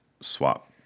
swap